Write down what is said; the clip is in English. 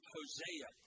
Hosea